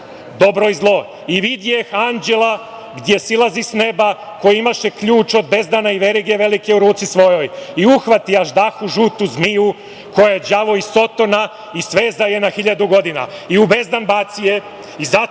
dobro i zlo „I, videh anđela gde silazi s neba, koji imaše ključ od bezdana i verige velike u ruci svojoj i uhvati aždahu, žutu zmiju koja je đavo i sotona i sveza je na 1.000 godina i u bezdan baci,